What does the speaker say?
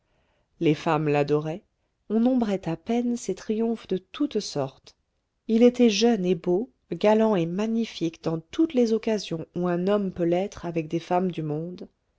les femmes l'adoraient on nombrait à peine ses triomphes de toutes sortes il était jeune et beau galant et magnifique dans toutes les occasions où un homme peut l'être avec des femmes du monde